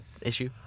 issue